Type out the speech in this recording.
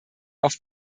auf